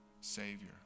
savior